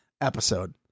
episode